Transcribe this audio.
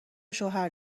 شوهر